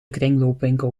kringloopwinkel